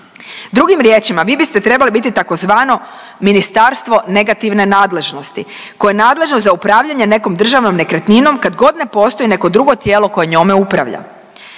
Drugim riječima, vi biste trebali biti tzv. ministarstvo negativne nadležnosti koje je nadležno za upravljanje nekom državnom nekretninom kad god ne postoji neko drugo tijelo koje njome upravlja.